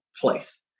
place